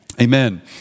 Amen